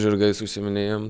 žirgais užsiiminėjam